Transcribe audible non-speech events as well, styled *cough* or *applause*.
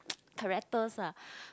*noise* characters lah